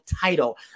title